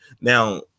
Now